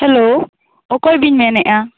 hello ᱚᱠᱚᱭ ᱵᱤᱱ ᱢᱮᱱᱮ ᱟ